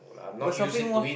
got shopping mall